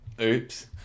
oops